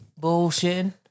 Bullshitting